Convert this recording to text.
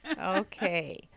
Okay